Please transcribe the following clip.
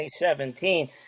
2017